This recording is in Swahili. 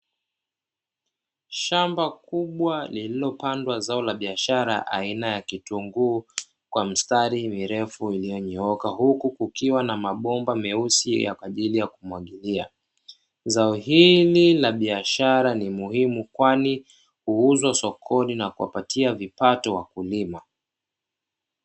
Shamba kubwa, lililopandwa zao la biashara aina ya kitunguu kwa mistari mirefu iliyonyooka, huku kukiwa na mabomba meusi kwa ajili ya kumwagilia. Zao hili la biashara ni muhimu kwani huuzwa sokoni na kuwapatia kipato wakulima.